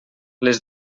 les